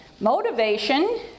motivation